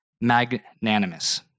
magnanimous